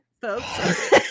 folks